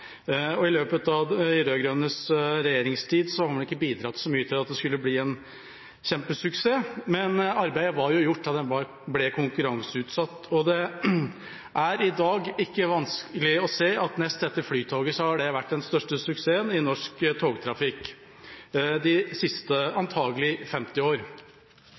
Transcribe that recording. I løpet av de rød-grønnes regjeringstid har man vel ikke bidratt så mye til at det skulle bli en kjempesuksess, men arbeidet var jo gjort da den ble konkurranseutsatt. Det er i dag ikke vanskelig å se at nest etter Flytoget har det vært den største suksessen innen norsk togtrafikk de siste – antagelig – 50 år.